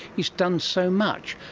he's done so much.